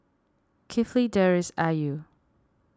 Kifli Deris and Ayu